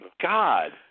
God